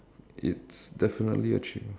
it's definitely a ch~